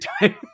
time